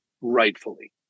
rightfully